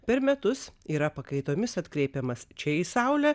per metus yra pakaitomis atkreipiamas čia į saulę